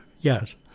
Yes